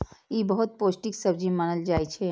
ई बहुत पौष्टिक सब्जी मानल जाइ छै